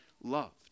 loved